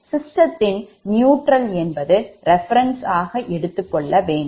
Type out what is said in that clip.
சிஸ்டத்தின் நியூட்ரல் என்பது reference ஆக எடுத்துக்கொள்ளவேண்டும்